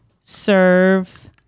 serve